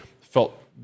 felt